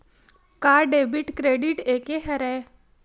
का debit credit एके हरय?